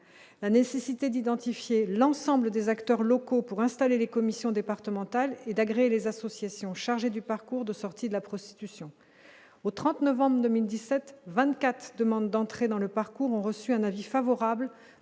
la nécessité d'identifier l'ensemble des acteurs locaux pour installer les commissions départementales et d'agréer les associations chargées du parcours de sortie de la prostitution au 30 novembre 2017 24 demandes d'entrer dans le parcours ont reçu un avis favorable